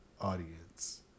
audience